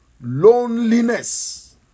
loneliness